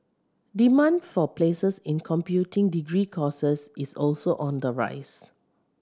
demand for places in computing degree courses is also on the rise